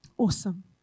Awesome